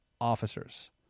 officers